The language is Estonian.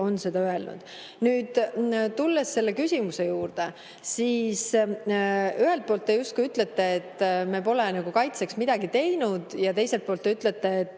seda ütles. Nüüd tulen selle küsimuse juurde. Ühelt poolt te justkui ütlete, et me pole nagu kaitseks midagi teinud, ja teiselt poolt te ütlete, et